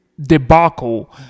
debacle